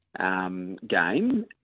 Game